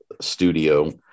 studio